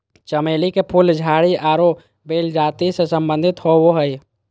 चमेली के फूल झाड़ी आरो बेल जाति से संबंधित होबो हइ